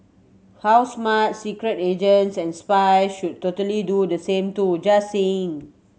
how smart secret agents and spies should totally do the same too just saying